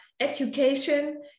education